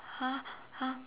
!huh! !huh!